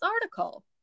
article